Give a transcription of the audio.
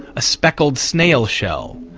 a speckled snail-shell,